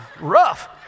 Rough